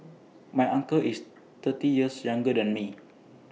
my uncle is thirty years younger than me